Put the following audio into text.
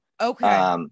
Okay